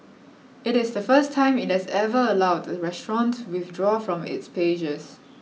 it is the first time it has ever allowed a restaurant to withdraw from its pages